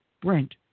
Brent